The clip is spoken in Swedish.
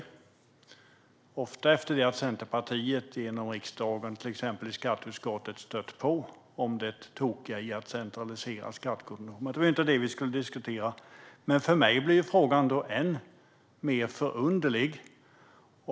Det sker ofta efter det att Centerpartiet genom exempelvis riksdagens skatteutskott stött på om det tokiga i att centralisera skattekontor - men det var inte det vi skulle diskutera. För mig blir då denna fråga ännu mer underlig.